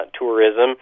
tourism